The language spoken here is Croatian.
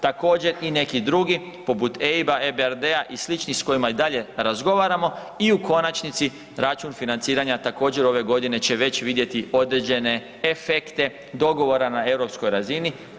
Također i neki drugi poput EIB-a, RBDR-a i sličnih s kojima i dalje razgovaramo i u konačnici račun financiranja također ove godine će već vidjeti određene efekte dogovora na europskoj razini.